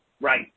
Right